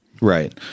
Right